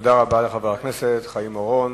תודה רבה לחבר הכנסת חיים אורון.